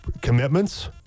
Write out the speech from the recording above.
commitments